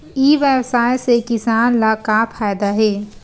ई व्यवसाय से किसान ला का फ़ायदा हे?